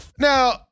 Now